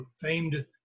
famed